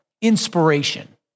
inspiration